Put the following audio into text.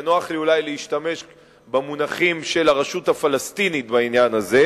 ונוח לי אולי להשתמש במונחים של הרשות הפלסטינית בעניין הזה,